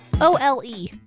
O-L-E